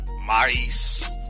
mice